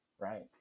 right